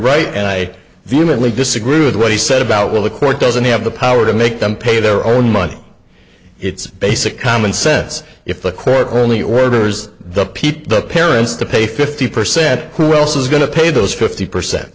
right and i vehemently disagree with what he said about well the court doesn't have the power to make them pay their own money it's basic common sense if the court only orders the pete the parents to pay fifty percent who else is going to pay those fifty percent